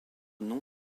non